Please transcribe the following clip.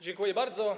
Dziękuję bardzo.